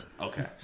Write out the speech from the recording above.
Okay